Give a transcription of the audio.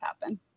happen